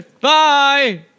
bye